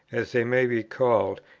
as they may be called,